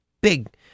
big